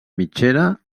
mitgera